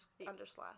Underslash